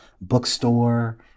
bookstore